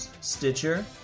Stitcher